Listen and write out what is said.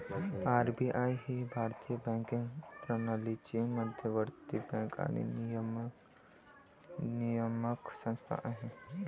RBI ही भारतीय banking प्रणालीची मध्यवर्ती बँक आणि नियामक संस्था आहे